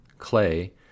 clay